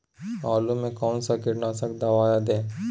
आलू में कौन सा कीटनाशक दवाएं दे?